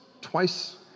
twice